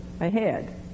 ahead